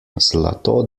zlato